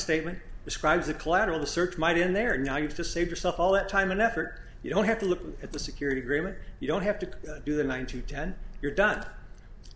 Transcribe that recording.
statement describes the collateral the search might end they are now used to save yourself all that time and effort you don't have to look at the security agreement you don't have to do them one to ten you're done